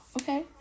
Okay